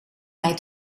mij